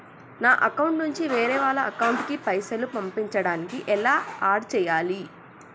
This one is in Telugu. నా అకౌంట్ నుంచి వేరే వాళ్ల అకౌంట్ కి పైసలు పంపించడానికి ఎలా ఆడ్ చేయాలి?